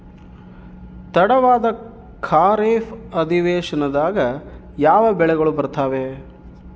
ತಡವಾದ ಖಾರೇಫ್ ಅಧಿವೇಶನದಾಗ ಯಾವ ಬೆಳೆಗಳು ಬರ್ತಾವೆ?